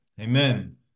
Amen